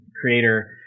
creator